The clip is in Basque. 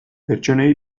pertsonei